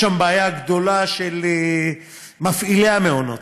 יש שם בעיה גדולה של מפעילי המעונות,